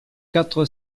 quatre